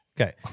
Okay